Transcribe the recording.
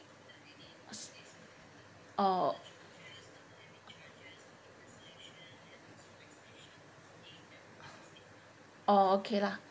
oh oh okay lah